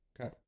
Okay